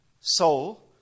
soul